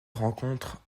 rencontre